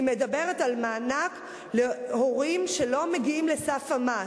היא מדברת על מענק להורים שלא מגיעים לסף המס.